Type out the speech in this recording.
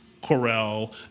Corel